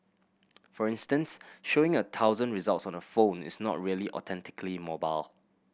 for instance showing a thousand results on a phone is not really authentically mobile